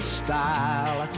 style